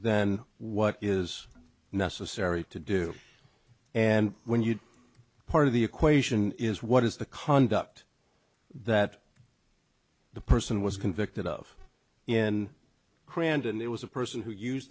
than what is necessary to do and when you part of the equation is what is the conduct that the person was convicted of in crandon it was a person who use